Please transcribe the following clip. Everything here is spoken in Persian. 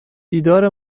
دیدار